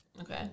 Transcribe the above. okay